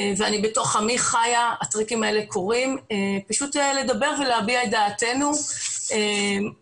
ובתוך עמי אני חיה והטריקים האלה קורים - לדבר ולהביע את דעתנו ולבקר.